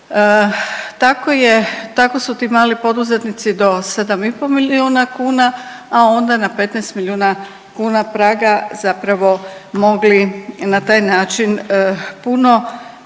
Tako su ti mali poduzetnici do 7 i pol milijuna kuna, a onda na 15 milijuna kuna praga zapravo mogli na taj način puno